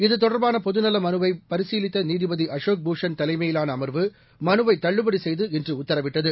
இதுதொடர்பாள பொதுநல மனுவை பரிசீலித்த நீதிபதி அசோக் பூஷன் தலைமையிலாள அமர்வு மனுவை தள்ளுபடி செய்து இன்று உத்தரவிட்டது